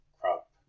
crop